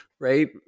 right